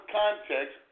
context